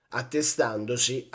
attestandosi